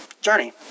journey